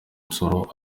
nsoro